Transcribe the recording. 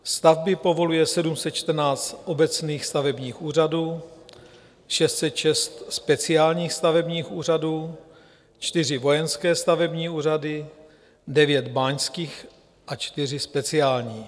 Stavby povoluje 714 obecních stavebních úřadů, 606 speciálních stavebních úřadů, 4 vojenské stavební úřady, 9 báňských a 4 speciální.